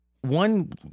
One